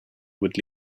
would